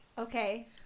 Okay